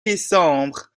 décembre